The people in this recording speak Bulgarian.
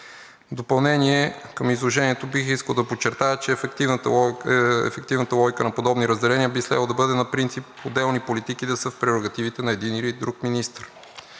допълнение към изложението бих искал да подчертая, че ефективната логика на подобни разделения би следвало да бъде на принципа отделни политики да са в прерогативите на един или друг министър.